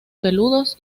peludos